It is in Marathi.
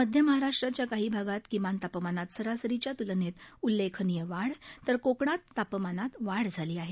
मध्य महाराष्ट्राच्या काही भागात किमान तापमानात सरासरीच्या तुलनेत उल्लेखनीय वाढ तर कोकणात तापमानात वाढ झाली आहे